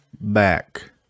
back